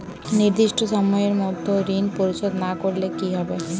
নির্দিষ্ট সময়ে মধ্যে ঋণ পরিশোধ না করলে কি হবে?